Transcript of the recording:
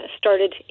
started